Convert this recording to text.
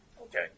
Okay